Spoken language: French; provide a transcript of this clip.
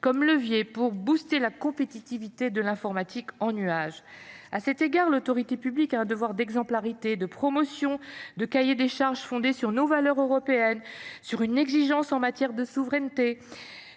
comme un levier pour dynamiser la compétitivité de l’informatique en nuage. À cet égard, l’autorité publique a un devoir d’exemplarité dans la promotion de cahiers des charges fondés sur nos valeurs européennes. Elle doit s’astreindre à une exigence en matière de souveraineté,